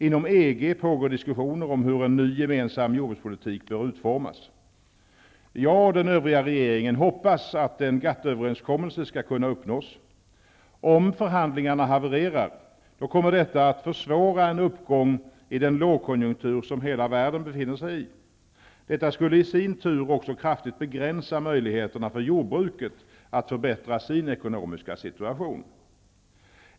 Inom EG pågår diskussioner om hur en ny gemensam jordbrukspolitik bör utformas. Jag och den övriga regeringen hoppas att en GATT överenskommelse skall kunna uppnås. Om förhandlingarna havererar kommer det att försvåra en uppgång i den lågkonjunktur som hela världen befinner sig i. Detta skulle i sin tur också kraftigt begränsa möjligheterna för jordbruket att förbättra sin ekonomiska situation.